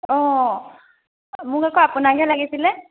অঁ মোক আকৌ আপোনাকহে লাগিছিলে